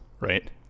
right